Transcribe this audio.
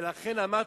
ולכן אמרתי: